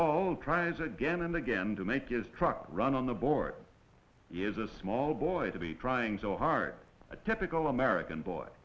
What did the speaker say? all tries again and again to make his truck run on the board he is a small boy to be trying so hard a typical american boy